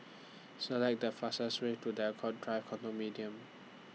Select The fastest Way to Draycott Drive Condominium